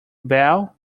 bell